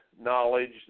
knowledge